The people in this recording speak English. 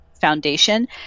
foundation